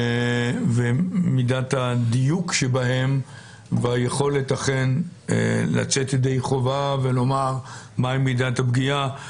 ומידת הדיוק שלהם ביכולת אכן לצאת ידי חובה ולומר מה היא מידת הפגיעה,